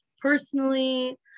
personally